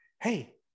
hey